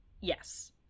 Yes